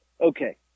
okay